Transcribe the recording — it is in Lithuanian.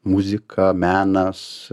muzika menas